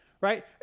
right